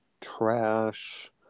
trash